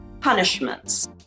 punishments